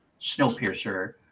Snowpiercer